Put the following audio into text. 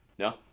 no.